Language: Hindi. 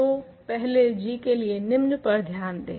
तो पहले g के लिए निम्न पर ध्यान दें